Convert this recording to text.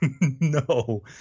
no